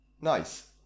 Nice